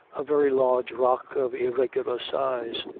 a very large rock of irregular size.